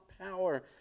power